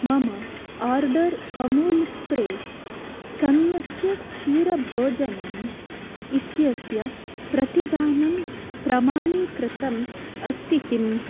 मम order Amul spray स्तन्यस्य क्षीरभोजनम् इत्यस्य प्रतिदानं प्रमाणीकृतम् अस्ति किम्